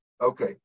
Okay